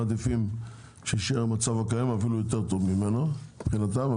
הם מעדיפים שיישאר המצב הקיים אפילו יותר טוב ממנו מבחינתם.